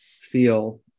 feel